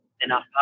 enough